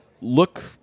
look